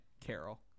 Carol